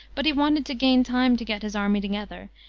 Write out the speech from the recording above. but he wanted to gain time to get his army together,